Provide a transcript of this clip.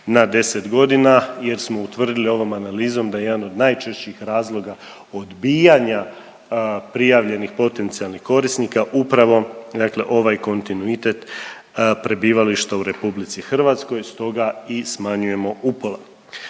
na 10.g. jer smo utvrdili ovom analizom da jedan od najčešćih razloga odbijanja prijavljenih potencijalnih korisnika upravo dakle ovaj kontinuitet prebivališta u RH stoga i smanjujemo upola.